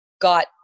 got